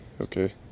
okay